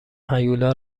هیولا